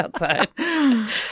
outside